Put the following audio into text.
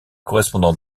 correspondant